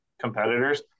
competitors